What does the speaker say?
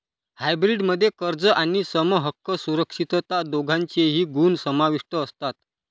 hybrid मध्ये कर्ज आणि समहक्क सुरक्षितता दोघांचेही गुण समाविष्ट असतात